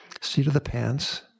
seat-of-the-pants